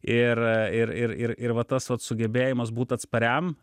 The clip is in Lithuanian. ir ir ir ir ir vat tas vat sugebėjimas būt atspariam